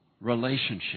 relationship